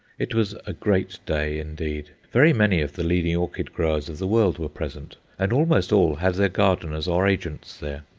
it was a great day indeed. very many of the leading orchid-growers of the world were present, and almost all had their gardeners or agents there.